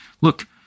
look